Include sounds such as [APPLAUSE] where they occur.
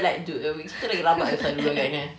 [LAUGHS]